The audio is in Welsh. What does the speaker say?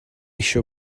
eisiau